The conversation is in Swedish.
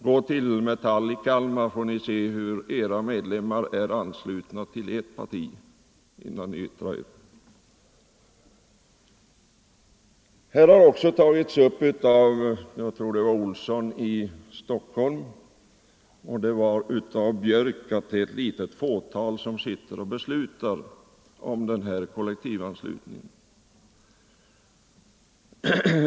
Gå till Metall i Kalmar innan ni yttrar er, så får Nr 117 Torsdagen den ES : 7 november 1974 «Som talade om att det är ett litet fåtal som sitter och beslutar om kol — ooo Hektivanslutningen.